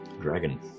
Dragon